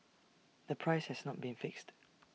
the price has not been fixed